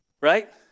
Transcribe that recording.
right